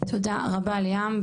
תודה רבה ליאם,